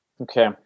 Okay